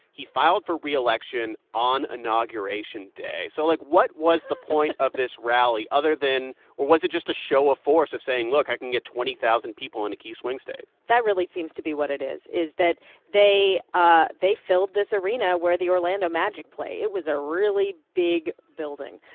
he filed for reelection on inauguration day. so like, what was the point of this rally other than or was it just a show of force of saying look i can get twenty thousand people in a key swing state? that really seems to be what it is, is that they ah they filled this arena where the orlando magic play. it was a really big building.